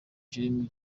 jeremy